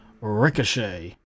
Ricochet